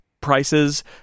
prices